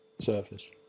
surface